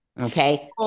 Okay